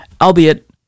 albeit